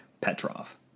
Petrov